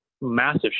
massive